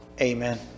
Amen